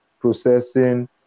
processing